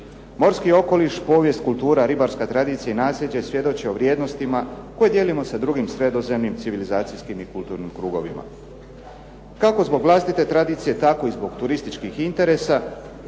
Morski okoliš, kultura, povijest, ribarska tradicija i naslijeđe svjedoče o vrijednostima koje dijelimo sa drugim sredozemnim civilizacijskim i kulturnim krugovima. Kako zbog vlastite tradicije tako i zbog turističkih interesa